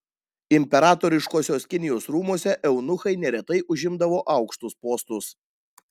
imperatoriškosios kinijos rūmuose eunuchai neretai užimdavo aukštus postus